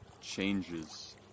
changes